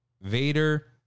Vader